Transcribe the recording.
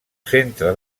centre